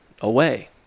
away